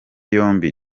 yombi